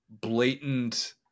blatant